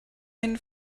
einen